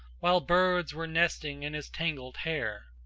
while birds were nesting in his tangled hair.